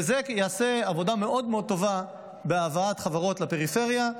וזה יעשה עבודה מאוד מאוד טובה בהבאת חברות לפריפריה,